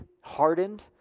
hardened